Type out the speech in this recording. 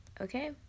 Okay